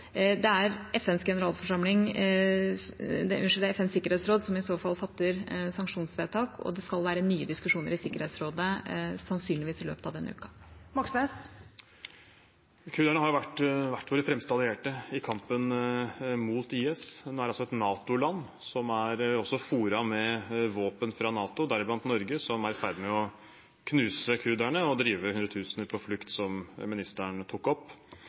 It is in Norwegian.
Det er i så fall FNs sikkerhetsråd som fatter sanksjonsvedtak, og det skal være nye diskusjoner der, sannsynligvis i løpet av denne uka. Bjørnar Moxnes – til oppfølgingsspørsmål. Kurderne har vært våre fremste allierte i kampen mot IS. Nå er det et NATO-land, som er fôret med våpen fra NATO, deriblant Norge, som er i ferd med å knuse kurderne og drive hundretusener på flukt, som ministeren tok opp.